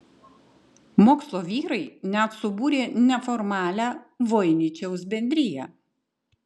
mokslo vyrai net subūrė neformalią voiničiaus bendriją